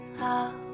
love